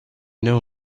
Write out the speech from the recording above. know